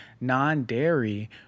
non-dairy